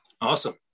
Awesome